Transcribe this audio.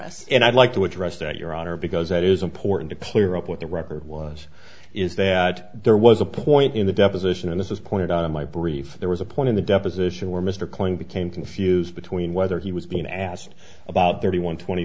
us and i'd like to address that your honor because it is important to player up with the record was is that there was a point in the deposition and it was pointed out in my brief there was a point in the deposition where mr kling became confused between whether he was being asked about thirty one twenty